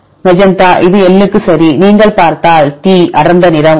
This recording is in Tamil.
மெஜந்தா இது L க்கு சரி நீங்கள் பார்த்தால் இது T அடர்ந்த நிறம் உடையது